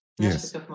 yes